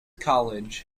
college